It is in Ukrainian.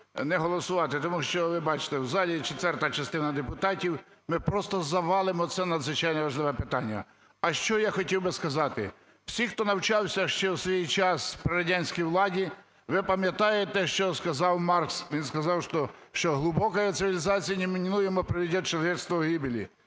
не голосувати, тому що, вибачте, у залі четверта частина депутатів. Ми просто завалимо це надзвичайно важливе питання. А що я хотів би сказати. Всі, хто навчався ще у свій час при радянській владі, ви пам'ятаєте, що сказав Маркс. Він сказав, що "глубокая цивилизация неминуемо приведет человечество к гибели".